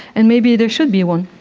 and maybe there should be one.